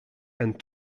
and